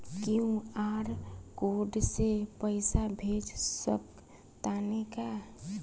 QR code से पईसा भेज सक तानी का?